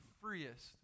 freest